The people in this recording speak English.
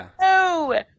no